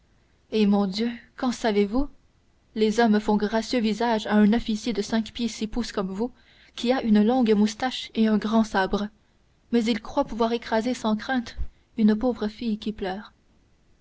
eh mon dieu qu'en savez-vous les hommes font gracieux visage à un officier de cinq pieds six pouces comme vous qui a une longue moustache et un grand sabre mais ils croient pouvoir écraser sans crainte une pauvre fille qui pleure